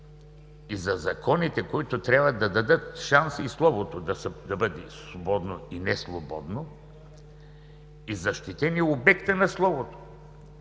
и за законите, които трябва да дадат шанс словото да бъде свободно и несвободно, и да е защитен обектът на словото.